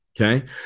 Okay